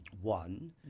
one